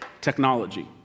technology